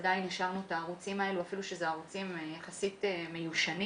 עדיין השארנו את הערוצים האלה אפילו שאלה ערוצים יחסית מיושנים